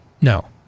No